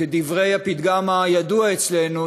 כדברי הפתגם הידוע אצלנו,